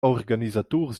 organisaturs